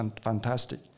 fantastic